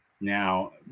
Now